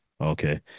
Okay